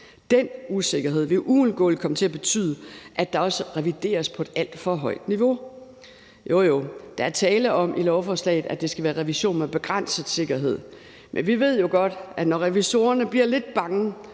Den usikkerhed vil uundgåeligt også komme til at betyde, at der revideres på et alt for højt niveau. Jo jo, der er i lovforslaget tale om, at det skal være en revision med begrænset sikkerhed, men vi ved jo godt – det forestiller jeg mig